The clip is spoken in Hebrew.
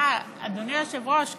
אדוני היושב-ראש,